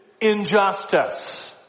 injustice